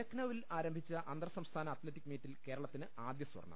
ലക്നൌവിൽ ആരംഭിച്ച അന്തർസംസ്ഥാന അത്ലറ്റിക് മീറ്റിൽ കേരളത്തിന് ആദ്യ സ്വർണം